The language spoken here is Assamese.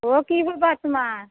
অ' কি খবৰ তোমাৰ